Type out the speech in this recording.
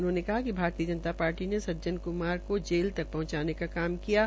उन्होंने कहा कि भारतीय जनता पार्टी ने सज्जन कुमार को जल तक पहंचाने का काम किया है